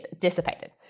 dissipated